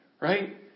right